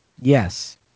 Yes